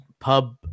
pub